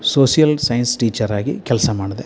social science ಟೀಚರಾಗಿ ಕೆಲಸ ಮಾಡಿದೆ